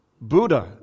Buddha